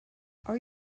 are